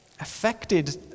affected